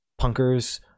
punkers